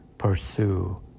Pursue